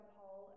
Paul